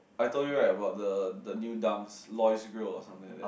I told you right about the the new dumps Lawry's Grill or something like that